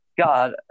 God